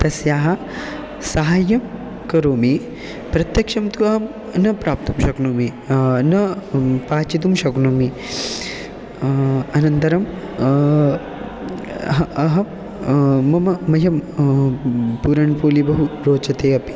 तस्याः साहाय्यं करोमि प्रत्यक्षं तु अहं न प्राप्तुं शक्नोमि न पाचितुं शक्नोमि अनन्तरं अह मम मह्यं पूरण्पोलि बहु रोचते अपि